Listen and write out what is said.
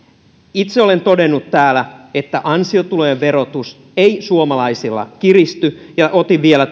itse olen todennut täällä että ansiotulojen verotus ei suomalaisilla kiristy otin vielä